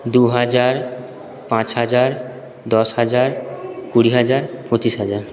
দু হাজার পাঁচ হাজার দশ হাজার কুড়ি হাজার পঁচিশ হাজার